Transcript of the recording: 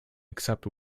except